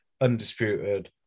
undisputed